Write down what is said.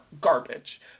garbage